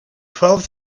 twelve